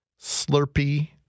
Slurpee